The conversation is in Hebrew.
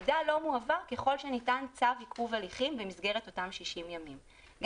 המידע לא מועבר ככל שניתן עיכוב הליכים במסגרת אותם 60 ימים.